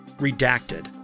Redacted